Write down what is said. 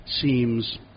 seems